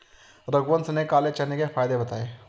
रघुवंश ने काले चने के फ़ायदे बताएँ